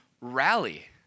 rally